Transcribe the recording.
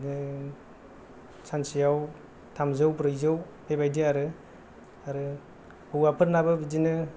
सानसेयाव थामजौ ब्रैजौ बेबादि आरो आरो हौवाफोरनाबो बिदिनो